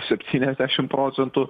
septyniasdešim procentų